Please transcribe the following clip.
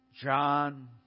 John